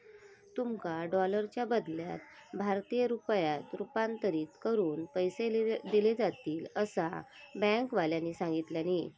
तुमका डॉलरच्या बदल्यात भारतीय रुपयांत रूपांतरीत करून पैसे दिले जातील, असा बँकेवाल्यानी सांगितल्यानी